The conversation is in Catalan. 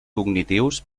cognitius